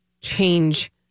change